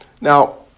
Now